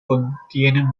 contienen